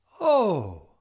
Oh